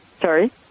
Sorry